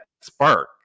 spark